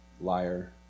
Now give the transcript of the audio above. Liar